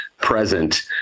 present